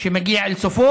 ומגיע לסופו.